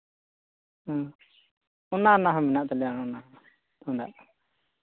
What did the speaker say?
ᱦᱮᱸ ᱚᱱᱟ ᱨᱮᱱᱟᱜ ᱦᱚᱸ ᱢᱮᱱᱟᱜ ᱛᱟᱞᱮᱭᱟ ᱚᱱᱟ ᱛᱩᱢᱫᱟᱜ